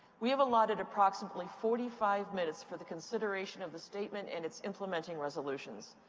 we have allotted approximately forty five minutes for the consideration of the statement and its implementing resolutions.